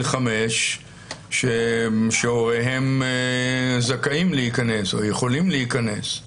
חמש שהוריהם זכאים להיכנס או יכולים להיכנס?